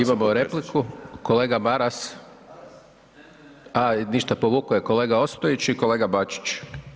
Imamo repliku, kolega Maras, a ništa povuko je, kolega Ostojić i kolega Bačić.